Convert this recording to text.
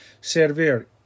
Servir